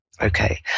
Okay